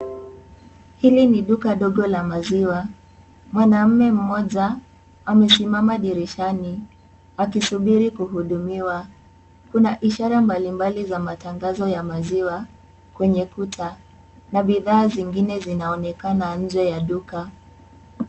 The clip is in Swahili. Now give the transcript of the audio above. Hiki ni duka dogo la maziwa. Mwanaume mmoja amesimama dirishani akisubiri kuhudumiwa. Kuna ishara mbalimbali za matangazo ya maziwa kwenye kuta na bidhaa zingine zinaonekana nje ya duka.